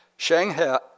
Shanghai